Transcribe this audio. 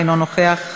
אינו נוכח,